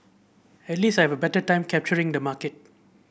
at least I've better time capturing the market